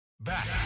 Back